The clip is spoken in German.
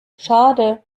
schade